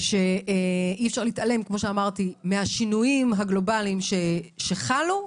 אני חושבת שאי אפשר להתעלם מהשינויים הגלובליים שחלו.